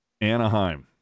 Anaheim